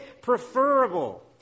preferable